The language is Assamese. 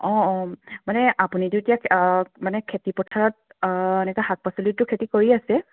অ অ মানে আপুনিতো এতিয়া মানে খেতি পথাৰত এনেকৈ শাক পাচলিটোৰ খেতি কৰি আছে